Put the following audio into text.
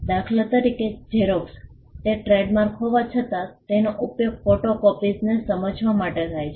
દાખલા તરીકે ઝેરોક્ષ તે ટ્રેડમાર્ક હોવા છતાં તેનો ઉપયોગ ફોટોકોપીઝને સમજવા માટે થાય છે